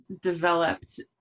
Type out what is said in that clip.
developed